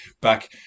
back